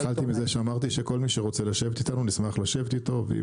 אני התחלתי בזה שאמרתי שכל מי שרוצה לשבת איתנו נשמח לשבת אתו.